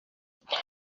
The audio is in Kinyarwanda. mfite